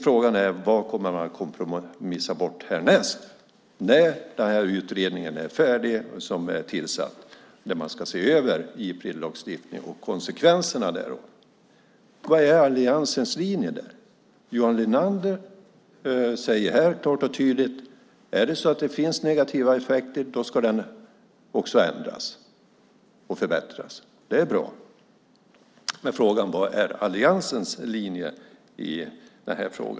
Frågan är vad man kommer man att kompromissa bort härnäst, när utredningen som är tillsatt och som ska se över Ipredlagstiftningen och konsekvenserna därav är färdig. Vad är alliansens linje där? Johan Linander säger här klart och tydligt att lagen ska ändras och förbättras om det finns negativa effekter. Det är bra. Frågan är dock vad alliansens linje är.